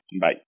Bye